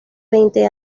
veinte